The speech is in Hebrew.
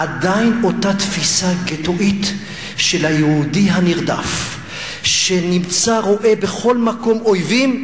עדיין אותה תפיסה גטואית של היהודי הנרדף שרואה בכל מקום אויבים.